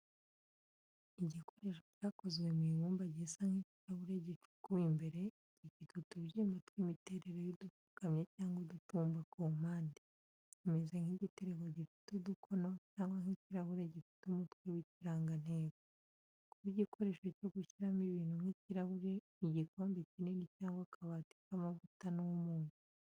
Igikoresho cyakozwe mu ibumba gisa nk’ikirahure gicukuwe imbere, gifite utubyimba tw’imiterere y’udupfukamye cyangwa udutumba ku mpande, kimeze nk’igitereko gifite udukono cyangwa nk’ikirahuri gifite umutwe w’ikirangantego. Kuba igikoresho cyo gushyiramo ibintu nk’ikirahuri, igikombe kinini cyangwa akabati k’amavuta n’umunyu.